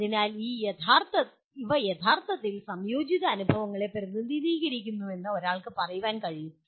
അതിനാൽ ഇവ യഥാർഥത്തിൽ സംയോജിത അനുഭവങ്ങളെ പ്രതിനിധീകരിക്കുന്നുവെന്ന് ഒരാൾക്ക് പറയാൻ കഴിയും